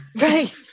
Right